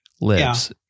lives